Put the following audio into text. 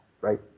right